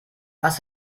was